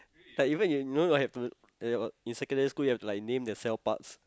like even you no no like to like you have to in secondary school you have to name the cell parts